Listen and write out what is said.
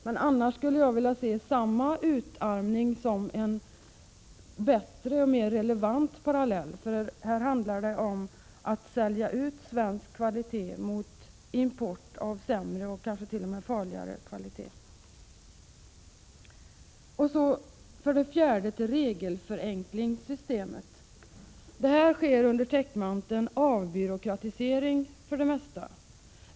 Men att det är fråga om samma utarmning ser jag som en bättre och mer relevant parallell. Här handlar det nämligen om att sälja ut svensk kvalitet mot import av sämre och kanske t.o.m. farligare produkter. För det fjärde vill jag beröra regelförenklingssystemet. Regelförenklingsarbetet sker för det mesta under avbyråkratiseringens täckmantel.